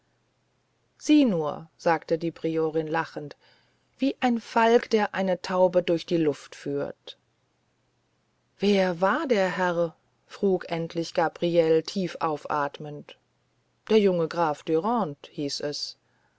sieh nur sagte die priorin lachend wie ein falk der eine taube durch die luft führt wer war der herr frug endlich gabriele tief aufatmend der junge graf dürande hieß es